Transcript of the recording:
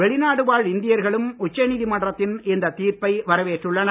வெளிநாட்டு வாழ் இந்தியர்களும் உச்சநீதிமன்றத்தின் இந்த தீர்ப்பை வரவேற்றுள்ளனர்